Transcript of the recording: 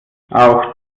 auch